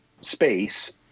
space